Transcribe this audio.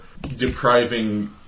depriving